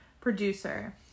Producer